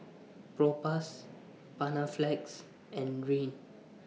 Propass Panaflex and Rene